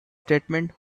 statement